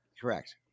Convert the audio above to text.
Correct